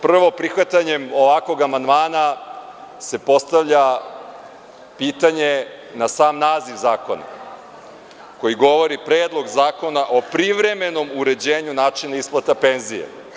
Prvo, prihvatanjem ovakvog amandmana se postavlja pitanje na sam naziv zakona koji govori – Predlog zakona o privremenom uređenju načina isplata penzije.